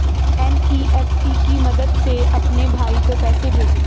NEFT की मदद से अपने भाई को पैसे भेजें